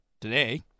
today